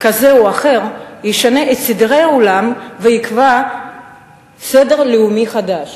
כזה או אחר ישנה את סדרי העולם ויקבע סדר לאומי חדש.